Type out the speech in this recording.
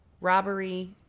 Robbery